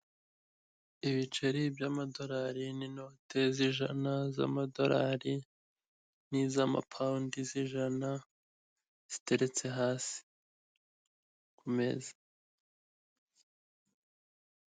Ibiceri by'amadorari n'inote z'ijana z'amadorari n'iz'amapawundi z'ijana ziteretse hasi ku meza.